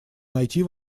найти